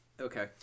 Okay